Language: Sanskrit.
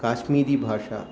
काश्मीरिभाषा